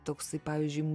toksai pavyzdžiui